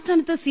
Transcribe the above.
സംസ്ഥാനത്ത് സി